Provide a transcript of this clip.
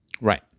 Right